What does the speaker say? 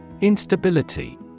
Instability